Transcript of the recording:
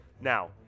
now